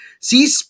See